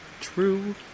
True